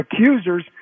accusers